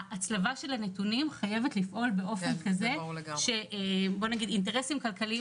ההצלבה של הנתונים חייבת לפעול באופן כזה שאינטרסים כלכליים